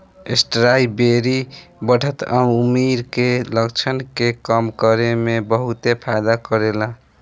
strawberry बढ़त उमिर के लक्षण के कम करे में बहुते फायदा करेला